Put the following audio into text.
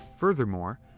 Furthermore